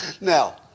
Now